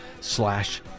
slash